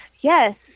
Yes